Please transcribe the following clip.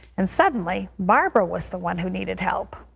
and suddenly barbara was the one who needed help.